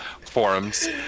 forums